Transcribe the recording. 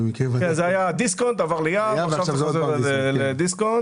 זה היה דיסקונט, עבר ליהב ועכשיו חזר לדיסקונט.